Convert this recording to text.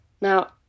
Now